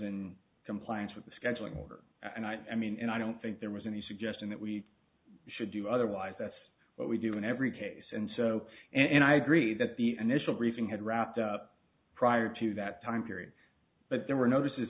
and compliance with the scheduling order and i mean i don't think there was any suggestion that we should do otherwise that's what we do in every case and so and i agree that the an initial briefing had wrapped up prior to that time period but there were notices